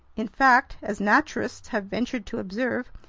in fact, as naturalists have ventured to observe,